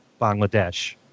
Bangladesh